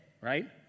right